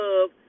love